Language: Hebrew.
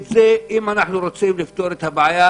את זה, אם רוצים לפתור את הבעיה,